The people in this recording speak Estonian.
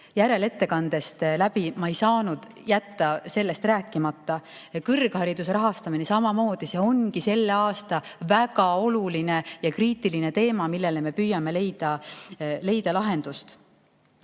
järelettekandest läbi, ja ma ei saanud jätta sellest rääkimata. Kõrghariduse rahastamine samamoodi – see ongi selle aasta väga oluline ja kriitiline teema, millele me püüame leida lahendust.